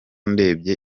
ndebye